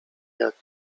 jak